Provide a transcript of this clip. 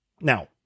Now